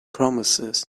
promises